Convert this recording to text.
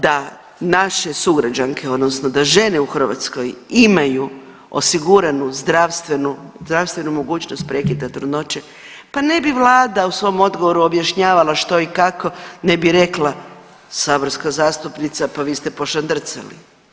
Da naše sugrađanke, odnosno da žene u Hrvatskoj imaju osiguranu zdravstvenu mogućnost prekida trudnoće, pa ne bi Vlada u svom odgovoru objašnjavala što i kako, nego bi rekla, saborska zastupnica, pa vi ste pošandrcali.